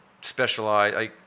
specialize